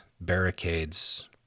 barricades